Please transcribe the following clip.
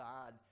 God